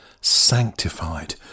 sanctified